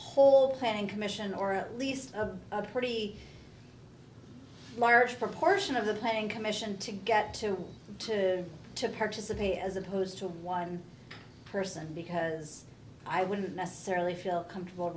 whole planning commission or at least a pretty large proportion of the planning commission to get two to participate as opposed to one person because i wouldn't necessarily feel comfortable